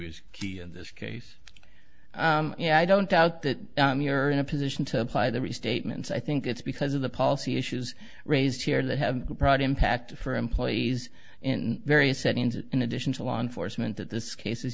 is key in this case i don't doubt that we are in a position to apply the restatements i think it's because of the policy issues raised here that have to prod impact for employees in various settings in addition to law enforcement that this case